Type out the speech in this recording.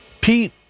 Pete